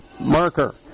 Marker